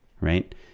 right